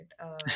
right